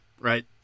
Right